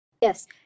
Yes